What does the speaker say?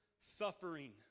suffering